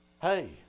Hey